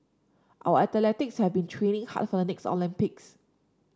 our athletes have been training hard for the next Olympics